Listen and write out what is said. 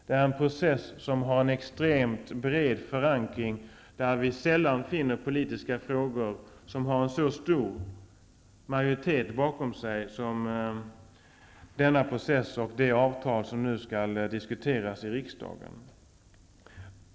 Det är en process som har en extremt bred förankring. Vi finner sällan politiska frågor som har en så stor majoritet bakom sig som denna process och det avtal som nu skall diskuteras i riksdagen.